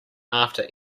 after